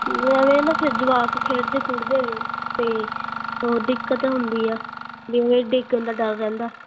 ਐਵੇਂ ਨਾ ਫਿਰ ਜਵਾਕ ਖੇਡਦੇ ਖੁਡਦੇ ਹੈਗੇ ਅਤੇ ਬਹੁਤ ਦਿੱਕਤ ਹੁੰਦੀ ਆ ਵੀ ਡਿੱਗਣ ਦਾ ਡਰ ਰਹਿੰਦਾ